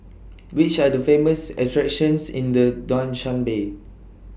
Which Are The Famous attractions in The Dushanbe